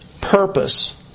purpose